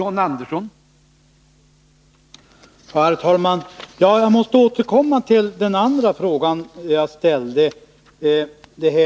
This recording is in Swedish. Herr talman! Jag måste återkomma till den andra frågan som jag ställde.